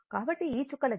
కాబట్టి ఈ చుక్కల గీత